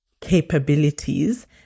capabilities